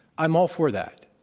i'm all for that.